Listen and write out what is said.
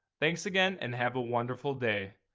thanks again and have a wonderful day!